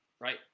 right